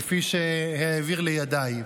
כפי שהעביר לידיי: